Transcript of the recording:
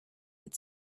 had